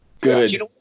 Good